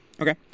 Okay